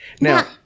Now